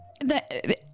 the-